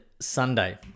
Sunday